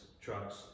trucks